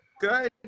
Good